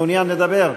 מעוניין לדבר?